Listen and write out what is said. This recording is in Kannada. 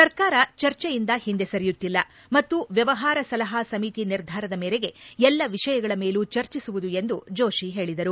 ಸರ್ಕಾರ ಚರ್ಚೆಯಿಂದ ಹಿಂದೆ ಸರಿಯುತ್ತಿಲ್ಲ ಮತ್ತು ವ್ಯವಹಾರ ಸಲಹಾ ಸಮೀತಿ ನಿರ್ಧಾರದ ಮೇರೆಗೆ ಎಲ್ಲ ವಿಷಯಗಳ ಮೇಲೂ ಚರ್ಚಿಸುವುದು ಎಂದು ಜೋಷಿ ಹೇಳಿದರು